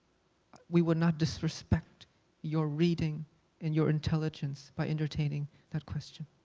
we will not disrespect your reading and your intelligence by entertaining that question.